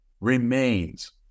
remains